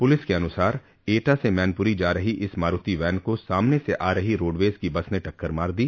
police के अनुसार एटा से मैनपुरी जा रही इस मारूति वैन को सामने से आ रही रोडवेज की बस ने टक्कर मार दी